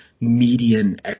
median